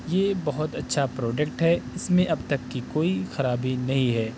یہ بہت اچھا پروڈیکٹ ہے اس میں اب تک کی کوئی خرابی نہیں ہے